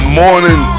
morning